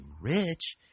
rich